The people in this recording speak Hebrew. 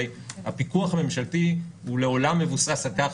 הרי הפיקוח הממשלתי הוא לעולם מבוסס על כך